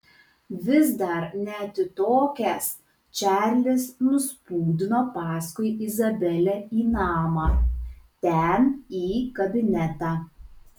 vis dar neatitokęs čarlis nuspūdino paskui izabelę į namą ten į kabinetą